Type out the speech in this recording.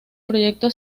proyecto